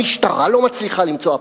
המשטרה לא מצליחה למצוא,